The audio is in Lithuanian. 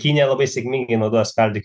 kinija labai sėkmingai naudoja skaldyk